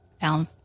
found